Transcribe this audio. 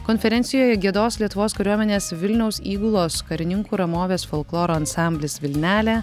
konferencijoje giedos lietuvos kariuomenės vilniaus įgulos karininkų ramovės folkloro ansamblis vilnelė